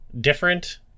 different